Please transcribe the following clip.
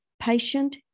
patient